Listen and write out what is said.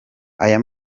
aya